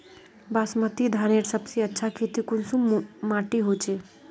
बासमती धानेर सबसे अच्छा खेती कुंसम माटी होचए?